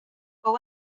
fou